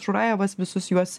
šurajevas visus juos